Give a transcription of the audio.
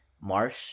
marsh